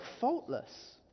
faultless